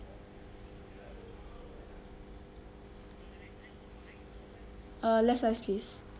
uh less ice please